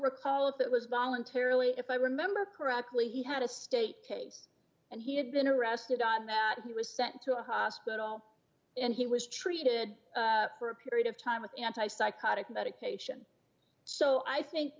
recall if it was voluntarily if i remember correctly he had a state case and he had been arrested on that he was sent to a hospital and he was treated for a period of time with anti psychotic medication so i think